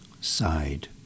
side